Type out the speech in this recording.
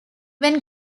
when